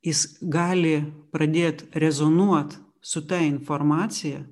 jis gali pradėt rezonuot su ta informacija